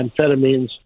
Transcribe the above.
amphetamines